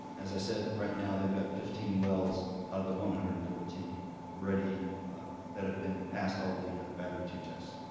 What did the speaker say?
as i said, right now they've got fifteen wells out of one hundred and fourteen ready that have been past all the battery two tests.